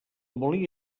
molí